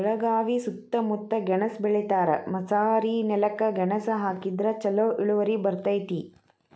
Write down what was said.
ಬೆಳಗಾವಿ ಸೂತ್ತಮುತ್ತ ಗೆಣಸ್ ಬೆಳಿತಾರ, ಮಸಾರಿನೆಲಕ್ಕ ಗೆಣಸ ಹಾಕಿದ್ರ ಛಲೋ ಇಳುವರಿ ಬರ್ತೈತಿ